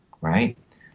right